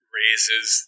raises